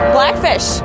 Blackfish